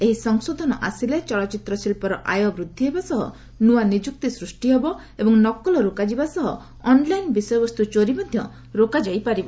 ଏହି ସଂଶୋଧନ ଆସିଲେ ଚଳଚ୍ଚିତ୍ର ଶିଳ୍ପର ଆୟ ବୃଦ୍ଧି ହେବା ସହ ନୂଆ ନିଯୁକ୍ତି ସୃଷ୍ଟି ହେବ ଏବଂ ନକଲ ରୋକାଯିବା ସହ ଅନ୍ଲାଇନ୍ ବିଷୟବସ୍ତୁ ଚୋରି ମଧ୍ୟ ରୋକାଯାଇ ପାରିବ